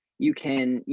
you can, you